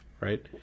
right